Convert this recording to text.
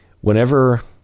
whenever